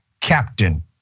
Captain